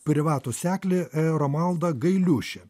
privatų seklį romualdą gailiušį